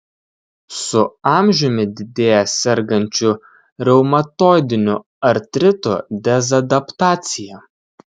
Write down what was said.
su amžiumi didėja sergančių reumatoidiniu artritu dezadaptacija